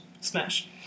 Smash